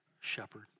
shepherd